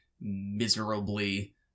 miserably